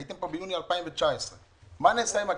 הייתם פה ביוני 2019. מה נעשה עם הכסף?